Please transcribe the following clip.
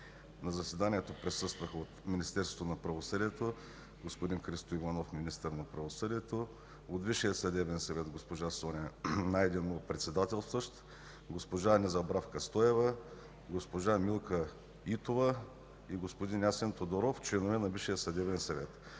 На заседанието присъстваха от Министерство на правосъдието: господин Христо Иванов – министър на правосъдието, от Висшия съдебен съвет: госпожа Соня Найденова, председателстващ, госпожа Незабравка Стоева, госпожа Милка Итова и господин Ясен Тодоров – членове на Висшия съдебен съвет,